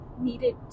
needed